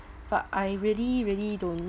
but I really really don't